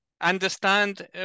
understand